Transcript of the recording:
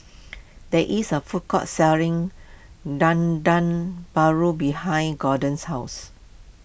there is a food court selling Dendeng Paru behind Gorden's house